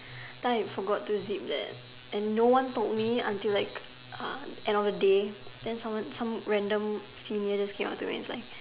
then I forgot to zip there and no one told me until like ah end of the day then someone some random senior just came out to me and it's like